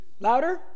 Louder